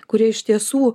kurie iš tiesų